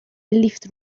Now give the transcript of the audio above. لیفت